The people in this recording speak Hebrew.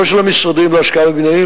לא של המשרדים והשקעה בבניינים,